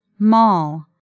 Mall